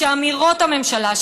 שאמירות הממשלה,